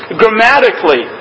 grammatically